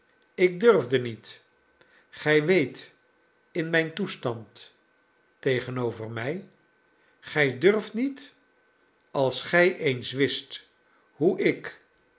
ik durfde niet gij weet in mijn toestand tegenover mij gij durfdet niet als gij eens wist hoe ik